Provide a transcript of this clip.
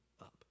up